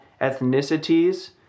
ethnicities